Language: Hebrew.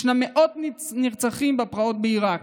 היו מאות נרצחים בפרעות בעיראק.